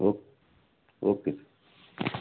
okay okay